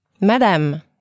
Madame